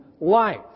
life